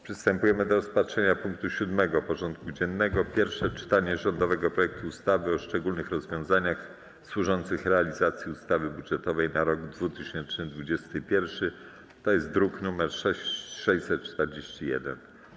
Przystępujemy do rozpatrzenia punktu 7. porządku dziennego: Pierwsze czytanie rządowego projektu ustawy o szczególnych rozwiązaniach służących realizacji ustawy budżetowej na rok 2021 (druk nr 641)